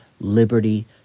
liberty